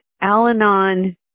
Al-Anon